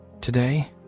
today